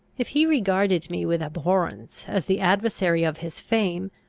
if he regarded me with abhorrence as the adversary of his fame,